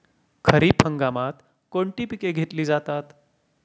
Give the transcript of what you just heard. खरीप हंगामात कोणती पिके घेतली जातात?